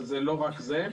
אבל זה לא רק זה,